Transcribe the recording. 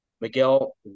Miguel